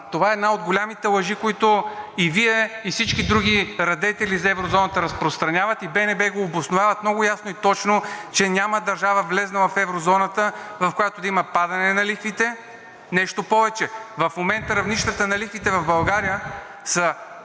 Това е една от големите лъжи, които и Вие, и всички други радетели за еврозоната разпространяват, и БНБ го обосновават много ясно и точно, че няма държава, влязла в еврозоната, в която да има падане на лихвите. Нещо повече, в момента равнищата на лихвите в България са